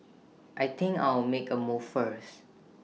I think I'll make A move first